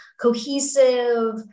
cohesive